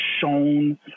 shown